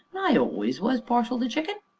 an' i always was partial to chicken!